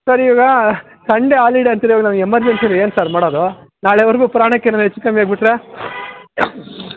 sir ಇವಾಗ Sunday holiday ಅಂತೀರ ಇವಾಗ ನಾವು ಎಮರ್ಜೆನ್ಸಿಲಿ ಏನು ಸರ್ ಮಾಡೋದು ನಾಳೆವರೆಗು ಪ್ರಾಣಕ್ಕೆ ಏನಾದರು ಹೆಚ್ಚು ಕಮ್ಮಿ ಆಗಿಬಿಟ್ರೆ